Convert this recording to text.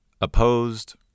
Opposed